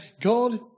God